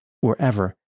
wherever